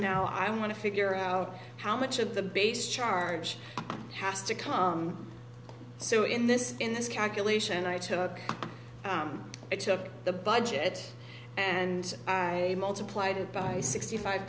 now i want to figure out how much of the base charge has to come so in this in this calculation i took it to the budget and i multiplied it by sixty five